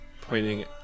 pointing